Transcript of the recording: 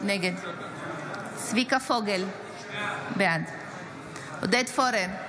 נגד צביקה פוגל, בעד עודד פורר,